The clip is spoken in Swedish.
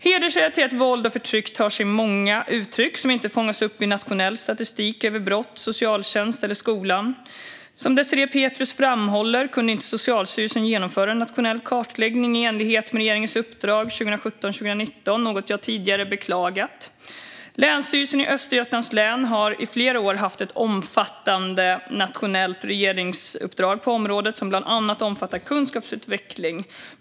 Hedersrelaterat våld och förtryck tar sig många uttryck som inte fångas upp i nationell statistik över brott, socialtjänst eller skolan. Som Désirée Pethrus framhåller kunde Socialstyrelsen inte genomföra en nationell kartläggning i enlighet med regeringens uppdrag 2017-2019, något jag tidigare beklagat. Länsstyrelsen i Östergötlands län har i flera år haft ett omfattande nationellt regeringsuppdrag på området som bland annat omfattar kunskapsutveckling.